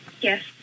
yes